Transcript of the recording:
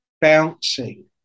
bouncing